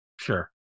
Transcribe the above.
Sure